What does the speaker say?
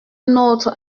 notre